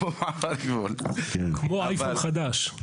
כמו אייפון חדש.